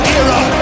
era